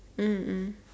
mm mm